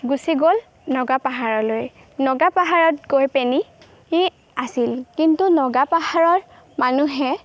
গুচি গ'ল নগা পাহাৰলৈ নগা পাহাৰত গৈ পেনি সি আছিল কিন্তু নগা পাহাৰৰ মানুহে